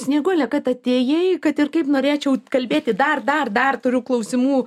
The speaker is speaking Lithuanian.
snieguole kad atėjai kad ir kaip norėčiau kalbėti dar dar dar turiu klausimų